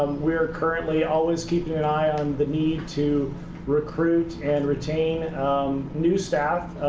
we're currently always keeping an eye on the need to recruit and retain um new staff,